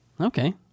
Okay